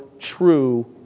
true